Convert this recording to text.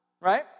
Right